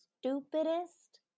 stupidest